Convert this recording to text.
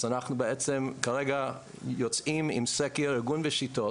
אז אנחנו בעצם כרגע יוצאים עם סקר ארגון ושיטות